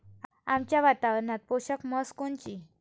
आमच्या वातावरनात पोषक म्हस कोनची?